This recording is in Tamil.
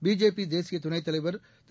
பிஜேபி தேசிய துணைத் தலைவர் திரு